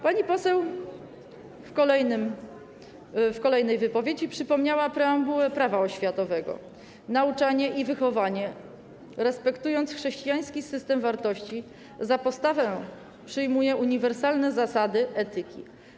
Pani poseł w kolejnej wypowiedzi przypomniała preambułę Prawa oświatowego: Nauczanie i wychowanie - respektując chrześcijański system wartości - za podstawę przyjmuje uniwersalne zasady etyki.